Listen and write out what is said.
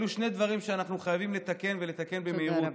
אלו שני דברים שאנחנו חייבים לתקן, ולתקן במהירות.